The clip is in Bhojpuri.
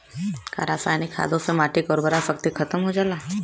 का रसायनिक खादों से माटी क उर्वरा शक्ति खतम हो जाला?